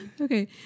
okay